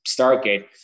Stargate